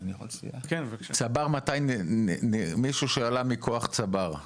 צבר, מתי, מישהו שעלה מכוח צבר,